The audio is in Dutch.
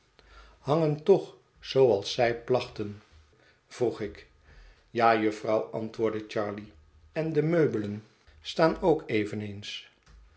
hangen toch zooals zij plachten vroeg ik ja jufvrouw antwoordde charley en de meubelen staan arme rick ook eveneens